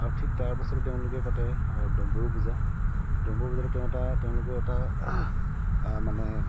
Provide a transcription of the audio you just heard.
আৰু ঠিক তাৰ পাছতে তেওঁলোকে পাতে ডম্বৰু পূজা ডম্বৰু পূজাটো তেওঁৰ এটা তেওঁলোকৰ এটা মানে